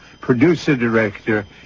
producer-director